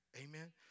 amen